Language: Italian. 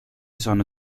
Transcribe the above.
sono